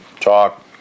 talk